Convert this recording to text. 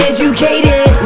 Educated